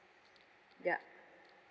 yup